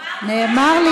אמרנו,